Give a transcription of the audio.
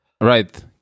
Right